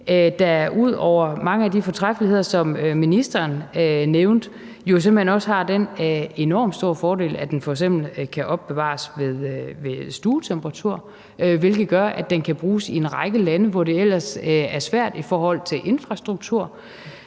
der ud over mange af de fortræffeligheder, som ministeren nævnte, jo simpelt hen også har den enormt store fordel, at den f.eks. kan opbevares ved stuetemperatur – hvilket gør, at den kan bruges i en række lande, hvor det ellers er svært i forhold til infrastruktur